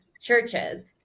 churches